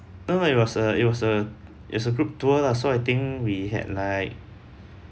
no no it was a it was a it's a group tour lah so I think we had like